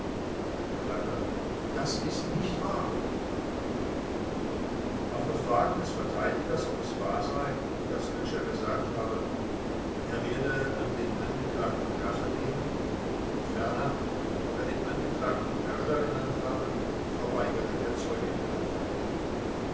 angekl das ist nicht wahr auf befragen des verteidigers ob es wahr sei daß lütscher gesagt habe er werde an dem angeklagten rache nehmen und ferner ob er den angeklagten mörder genannt habe verweigerte der zeuge die antwort